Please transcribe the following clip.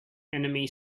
enemy